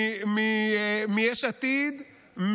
מיש עתיד,